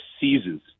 seasons